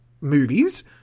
movies